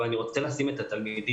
אבל אני רוצה להזכיר את התלמידים